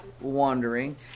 wandering